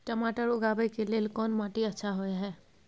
टमाटर उगाबै के लेल कोन माटी अच्छा होय है?